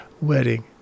wedding